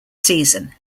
season